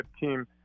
team